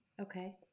Okay